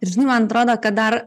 žinai man atrodo kad dar